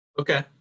Okay